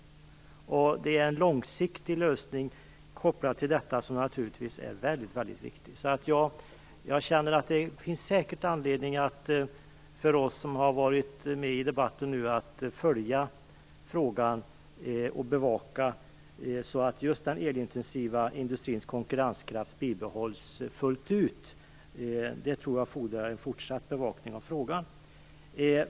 Det är en långsiktig lösning kopplad till detta, som naturligtvis är väldigt viktig. Jag känner att det säkert finns anledning för oss som har varit med i debatten nu att följa frågan och bevaka att just den elintensiva industrins konkurrenskraft bibehålls fullt ut. Jag tror att det fordrar en fortsatt bevakning av frågan.